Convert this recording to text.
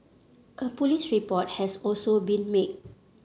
a police report has also been made